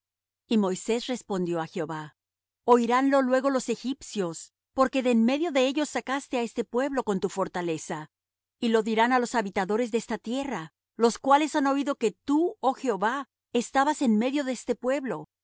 y moisés respondió á jehová oiránlo luego los egipcios porque de en medio de ellos sacaste á este pueblo con tu fortaleza y lo dirán á los habitadores de esta tierra los cuales han oído que tú oh jehová estabas en medio de este pueblo